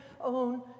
own